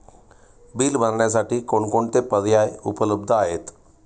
Bill भरण्यासाठी कोणकोणते पर्याय उपलब्ध आहेत?